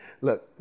Look